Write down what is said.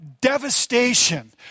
devastation